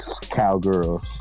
Cowgirls